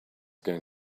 going